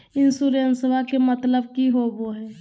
इंसोरेंसेबा के मतलब की होवे है?